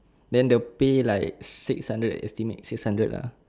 then the pay like six hundred estimate six hundred ah